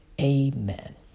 Amen